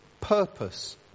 purpose